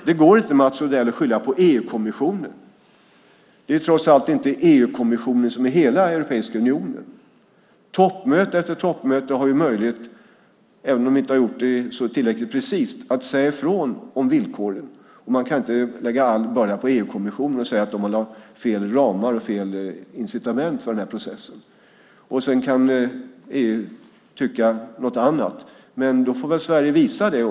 Det går inte, Mats Odell, att skylla på EU-kommissionen. Det är trots allt inte EU-kommissionen som är hela Europeiska unionen. Toppmöte efter toppmöte har möjlighet, även om de inte har gjort det tillräckligt precist, att säga ifrån om villkoren. Man kan inte lägga allt på EU-kommissionen och säga att de lade fel ramar och incitament för den här processen. EU kan tycka något annat. Men då får väl Sverige visa det.